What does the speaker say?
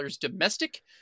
domestic